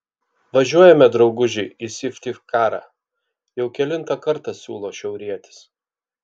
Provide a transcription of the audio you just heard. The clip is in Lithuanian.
važiuojame drauguži į syktyvkarą jau kelintą kartą siūlo šiaurietis